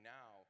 now